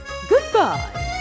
goodbye